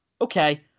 okay